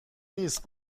نیست